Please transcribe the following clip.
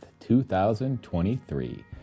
2023